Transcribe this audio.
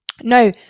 No